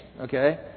okay